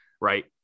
right